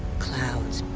clouds,